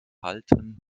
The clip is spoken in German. halten